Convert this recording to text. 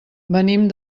venim